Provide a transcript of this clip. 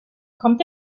kommt